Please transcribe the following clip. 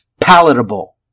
palatable